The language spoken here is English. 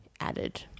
added